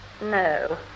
No